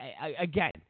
Again